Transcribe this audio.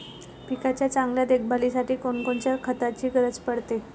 पिकाच्या चांगल्या देखभालीसाठी कोनकोनच्या खताची गरज पडते?